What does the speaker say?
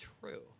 true